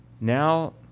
Now